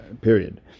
period